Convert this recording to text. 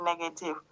negative